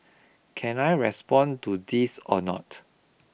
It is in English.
can I respond to this a not